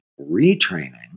retraining